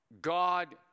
God